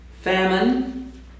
famine